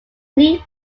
new